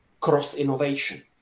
cross-innovation